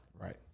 right